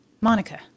Monica